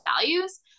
values